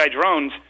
drones